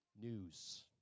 news